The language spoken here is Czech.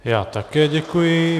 Já také děkuji.